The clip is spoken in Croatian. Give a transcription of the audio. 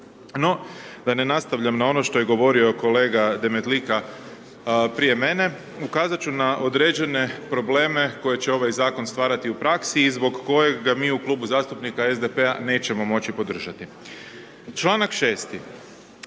No, da ne nastavljam na ono što je govorio kolega Demetlika prije mene, ukazati ću na određene probleme koje će ovaj Zakon stvarati u praksi i zbog kojega mi u klubu zastupnika SDP-a nećemo moći podržati. Čl. 6-ti,